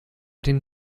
den